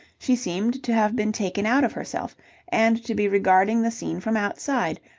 she seemed to have been taken out of herself and to be regarding the scene from outside,